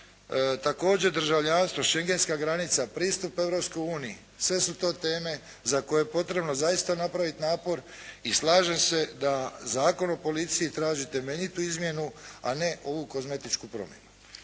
također državljanstvo, šengenska granica, pristup Europskoj uniji, sve su to teme za koje je potrebno zaista napraviti napor. I slažem se da Zakon o policiji traži temeljitu izmjenu a ne ovu kozmetičku promjenu.